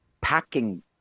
packing